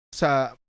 sa